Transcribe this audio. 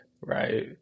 right